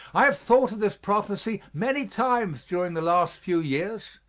i have thought of this prophecy many times during the last few years,